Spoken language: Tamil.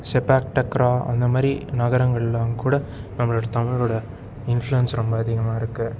அந்த மாதிரி நகரங்கள்லாம் கூட நம்மளோட தமிழோடய இன்ஃப்ளூயன்ஸ் ரொம்ப அதிகமாக இருக்குது